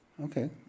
Okay